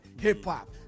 hip-hop